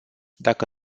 dacă